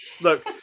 look